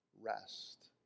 rest